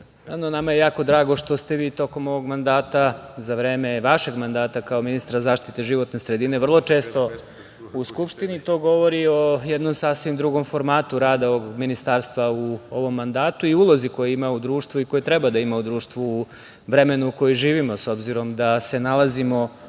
nama je jako drago što ste vi tokom ovog mandata, za vreme vašeg mandata kao ministra zaštite životne sredine, vrlo često u Skupštini, što govori o jednom sasvim drugom formatu rada ovog ministarstva u ovom mandatu i ulozi koju ima u društvu i koje treba da ima u društvu u vremenu u kojem živimo, s obzirom da se nalazimo